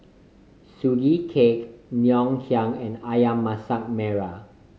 Sugee Cake Ngoh Hiang and Ayam Masak Merah